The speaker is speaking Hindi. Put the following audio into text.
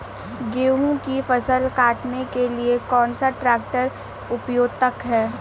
गेहूँ की फसल काटने के लिए कौन सा ट्रैक्टर उपयुक्त है?